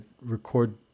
record